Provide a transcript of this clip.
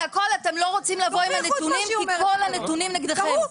אתם לא רוצים לבוא עם הנתונים כי כל הנתונים נגדכם,